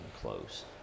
close